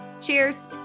Cheers